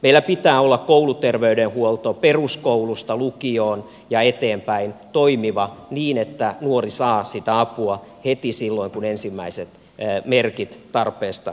meillä pitää kouluterveydenhuollon peruskoulusta lukioon ja eteenpäin olla niin toimiva että nuori saa sitä apua heti silloin kun ensimmäiset merkit tarpeesta ilmenevät